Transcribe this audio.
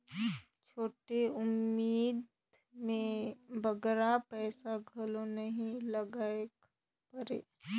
छोटे उदिम में बगरा पइसा घलो नी लगाएक परे